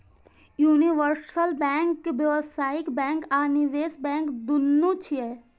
universal bank व्यावसायिक bank आ निवेश बैंक, दुनू छियै